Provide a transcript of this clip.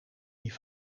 die